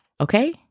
okay